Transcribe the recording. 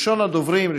ראשון הדוברים,